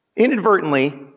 inadvertently